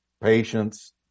patience